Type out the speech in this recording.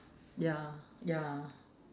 ya ya